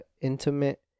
intimate